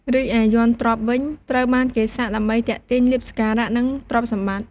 រីឯ យ័ន្តទ្រព្យ វិញ ត្រូវបានគេសាក់ដើម្បីទាក់ទាញលាភសក្ការៈ និងទ្រព្យសម្បត្តិ។